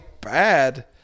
bad